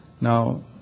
Now